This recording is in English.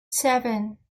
seven